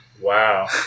Wow